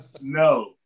No